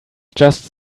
just